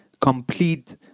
complete